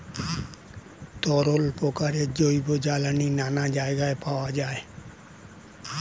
তরল প্রকারের জৈব জ্বালানি নানা জায়গায় পাওয়া যায়